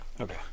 Okay